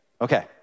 Okay